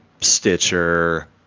Stitcher